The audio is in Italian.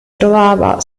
trovava